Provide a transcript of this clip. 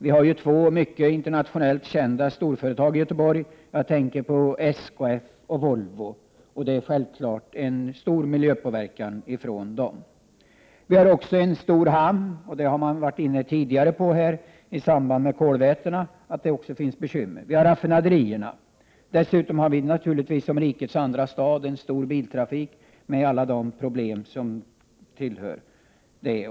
Vi har ju två internationellt kända storföretag — SKF och Volvo — och det blir självfallet en stor miljöpåverkan från dem. Vi har en stor hamn, och det har tidigare här i dag framhållits, i samband med kolvätena, att det innebär bekymmer. Vi har raffinaderierna. Dessutom har vi naturligtvis som rikets andra stad en stor biltrafik med alla de problem som följer därav.